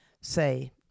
say